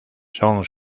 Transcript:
son